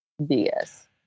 bs